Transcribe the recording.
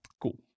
Cool